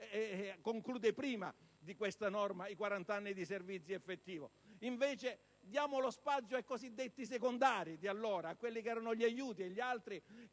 conclude prima di questa norma i 40 anni di servizio effettivo. Invece, diamo lo spazio ai cosiddetti secondari di allora, a quelli che erano gli aiuti e agli altri